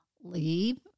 leave